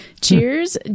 Cheers